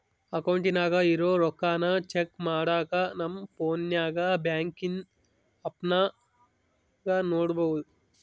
ಅಕೌಂಟಿನಾಗ ಇರೋ ರೊಕ್ಕಾನ ಚೆಕ್ ಮಾಡಾಕ ನಮ್ ಪೋನ್ನಾಗ ಬ್ಯಾಂಕಿನ್ ಆಪ್ನಾಗ ನೋಡ್ಬೋದು